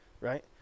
right